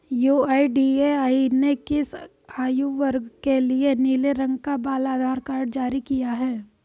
UIDAI ने किस आयु वर्ग के लिए नीले रंग का बाल आधार कार्ड जारी किया है?